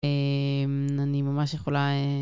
אני ממש יכולה